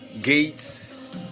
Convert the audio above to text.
gates